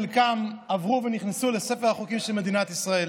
חלקן עברו ונכנסו לספר החוקים של מדינת ישראל.